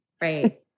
Right